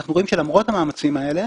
אנחנו רואים שלמרות המאמצים האלה